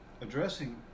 addressing